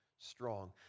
strong